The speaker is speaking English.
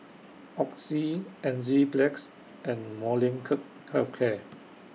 Oxy Enzyplex and Molnylcke Health Care